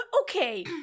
okay